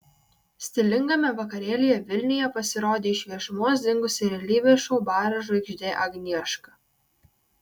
stilingame vakarėlyje vilniuje pasirodė iš viešumos dingusi realybės šou baras žvaigždė agnieška